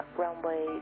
runway